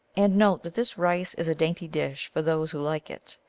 and note that this rice is a dainty dish for those who like it.